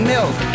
Milk